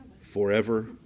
forever